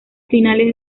finales